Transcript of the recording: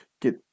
get